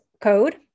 code